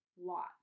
lot